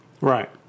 Right